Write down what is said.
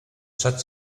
such